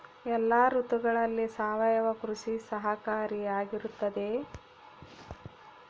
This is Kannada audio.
ಎಲ್ಲ ಋತುಗಳಲ್ಲಿ ಸಾವಯವ ಕೃಷಿ ಸಹಕಾರಿಯಾಗಿರುತ್ತದೆಯೇ?